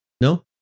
no